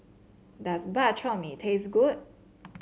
does Bak Chor Mee taste good